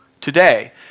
today